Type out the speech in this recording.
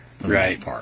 Right